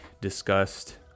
discussed